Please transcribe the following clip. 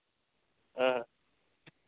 ᱦᱚᱸ